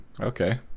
Okay